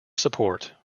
support